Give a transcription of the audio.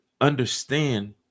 understand